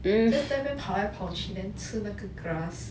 just 在那边跑来跑去 then 吃那个 grass